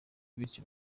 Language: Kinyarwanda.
bityo